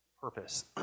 Purpose